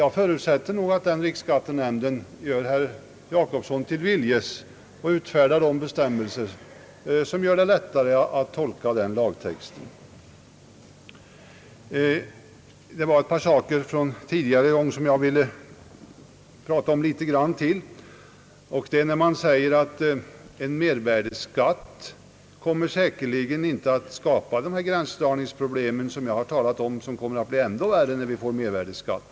Jag förutsätter att riksskattenämnden gör herr Jacobsson till viljes och utfärdar anvisningar som gör det lättare att tolka lagtexten. Jag vill sedan, herr talman, ta upp ett par saker som tidigare har berörts. Det har sagts att en mervärdeskatt säkerligen inte kommer att skapa de gränsdragningsproblem som jag har talat om och som enligt mitt förmenande kommer att bli ännu värre vid en mervärdeskatt.